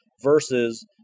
versus